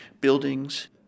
buildings